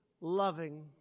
loving